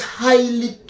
highly